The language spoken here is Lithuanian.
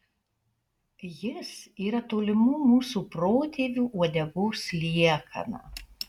jis yra tolimų mūsų protėvių uodegos liekana